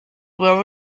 well